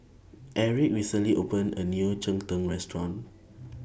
Aric recently opened A New Cheng Tng Restaurant